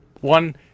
one